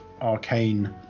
arcane